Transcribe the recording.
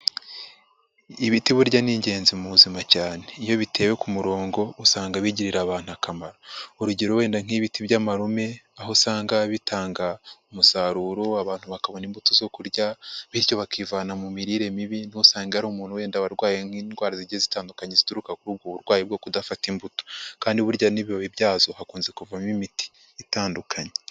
Ibiti burya ni ingenzi mu buzima cyane. Iyo bitewe ku murongo usanga bigirira abantu akamaro. Urugero wenda nk'ibiti by'amarume aho usanga bitanga umusaruro abantu bakabona imbuto zo kurya, bityo bakivana mu mirire mibi ntusanga hari umuntu wenda warwaye nk'indwara zigiye zitandukanye zituruka kuri ubwo burwayi bwo kudafata imbuto. Kandi burya n'ibibabi byazo hakunze kuvamo imiti. Itandukanye.